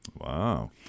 Wow